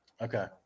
Okay